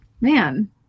man